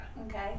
Okay